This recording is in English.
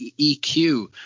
EQ